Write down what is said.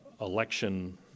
election